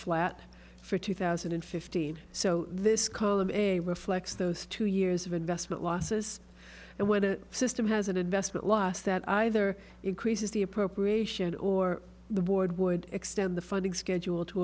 flat for two thousand and fifteen so this column a reflects those two years of investment losses and where the system has an investment loss that either increases the appropriation or the board would extend the funding schedule to